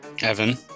Evan